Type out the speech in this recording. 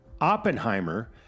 Oppenheimer